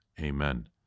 Amen